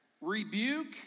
rebuke